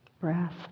Breath